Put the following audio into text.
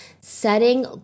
setting